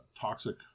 toxic